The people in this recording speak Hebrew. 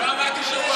לא אמרתי שהוא אמר.